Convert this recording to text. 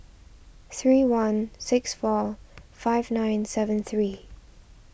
three one six four five nine seven three